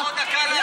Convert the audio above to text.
איפה החמאס?